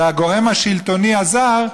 לגורם השלטוני הזר,